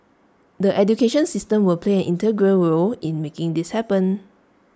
the education system will play an integral role in making this happen